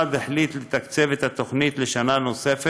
החליט המשרד לתקצב את התוכנית לשנה נוספת,